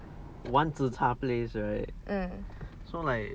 mm